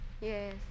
Yes